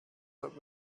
that